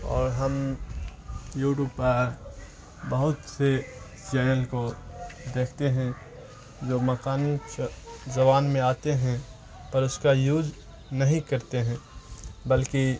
اور ہم یوٹیوب پر بہت سے چینل کو دیکھتے ہیں جو مقامی زبان میں آتے ہیں پر اس کا یوز نہیں کرتے ہیں بلکہ